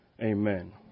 Amen